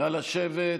נא לשבת.